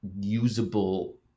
usable